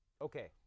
Okay